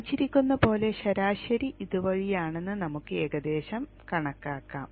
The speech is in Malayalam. കാണിച്ചിരിക്കുന്നതുപോലെ ശരാശരി ഇതുവഴിയാണെന്ന് നമുക്ക് ഏകദേശം കണക്കാക്കാം